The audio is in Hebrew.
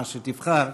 מה שתבחר,